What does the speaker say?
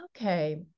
Okay